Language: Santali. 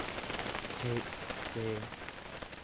ᱦᱮᱡ ᱥᱮ